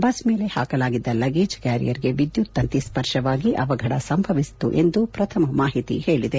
bus ಮೇಲೆ ಪಾಕಲಾಗಿದ್ದ luggage ಕ್ಯಾರಿಯರ್ಗೆ ವಿದ್ಯುತ್ ತಂತಿ ಸ್ಪರ್ಶವಾಗಿ ಅವಫಡ ಸಂಭವಿಸಿತು ಎಂದು ಪ್ರಥಮ ಮಾಹಿತಿ ಹೇಳಿದೆ